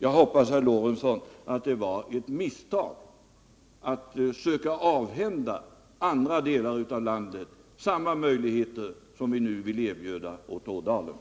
Jag hoppas, herr Lorentzon, att det var ett misstag att försöka avhända andra delar av landet samma möjligheter som vi nu vill erbjuda Ådalen.